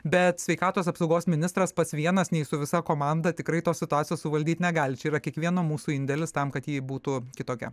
bet sveikatos apsaugos ministras pats vienas nei su visa komanda tikrai tos situacijos suvaldyti negali čia yra kiekvieno mūsų indėlis tam kad ji būtų kitokia